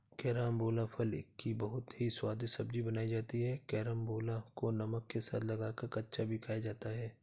carambola फल की बहुत ही स्वादिष्ट सब्जी बनाई जाती है कैरमबोला को नमक के साथ लगाकर कच्चा भी खाया जाता है